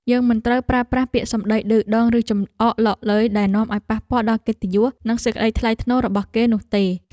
យើងមិនត្រូវប្រើប្រាស់ពាក្យសម្តីឌឺដងឬចំអកឡកឡឺយដែលនាំឱ្យប៉ះពាល់ដល់កិត្តិយសនិងសេចក្តីថ្លៃថ្នូររបស់គេនោះទេ។